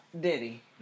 Diddy